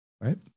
right